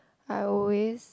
I always